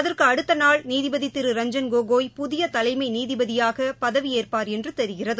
அதற்குஅடுத்தநாள் நீதிபதிதிரு ரஞ்ஜன் கோகோய் புதியதலைமைநீதிபதியாகபதவியேற்பார் என்றுதெரிகிறது